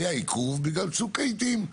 היה עיכוב בגלל צוק העתים,